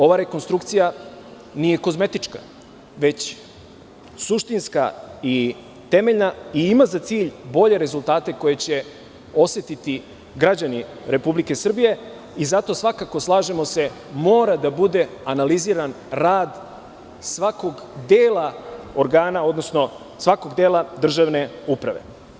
Ova rekonstrukcija nije kozmetička već suštinska i temeljna i ima za cilj bolje rezultate koje će osetiti građani Republike Srbije i zato svakako slažemo se mora da bude analiziran rad svakog dela organa, odnosno svakog dela državne uprave.